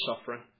suffering